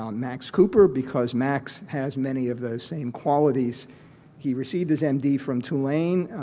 um max cooper because max has many of those same qualities he received his m. d. from tulane,